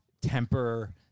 temper